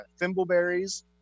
thimbleberries